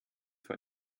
für